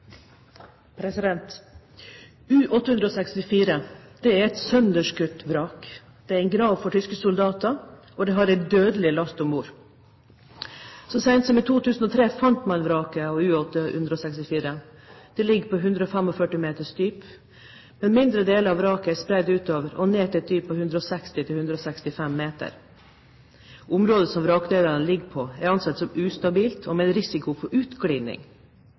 som i 2003 fant man vraket av U-864. Det ligger på 145 meters dyp, men mindre deler av vraket er spredd utover og ned til et dyp på 160–165 meter. Området som vrakdelene ligger på, er ansett som ustabilt og med en risiko for